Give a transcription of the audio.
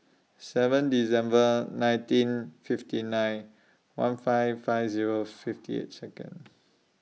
seven December nineteen fifty nine one five five Zero fifty eight Second